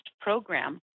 program